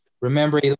Remember